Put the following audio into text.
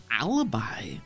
alibi